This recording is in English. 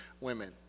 women